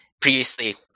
previously